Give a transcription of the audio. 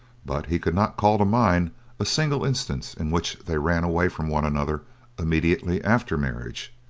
but he could not call to mind a single instance in which they ran away from one another immediately after marriage.